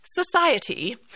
Society